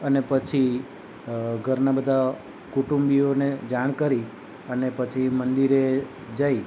અને પછી ઘરના બધા કુટુંબીઓને જાણ કરી અને પછી મંદિરે જઈ